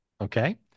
Okay